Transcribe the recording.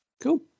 Cool